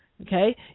okay